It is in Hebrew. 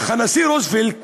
אך הנשיא רוזוולט